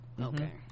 Okay